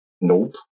Nope